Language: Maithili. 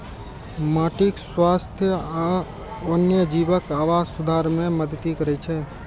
माटिक स्वास्थ्य आ वन्यजीवक आवास सुधार मे मदति करै छै